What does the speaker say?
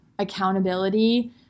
accountability